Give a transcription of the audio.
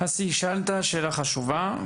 אסי, שאלת שאלה חשובה.